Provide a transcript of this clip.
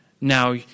Now